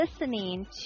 listening